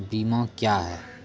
बीमा क्या हैं?